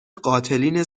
قاتلین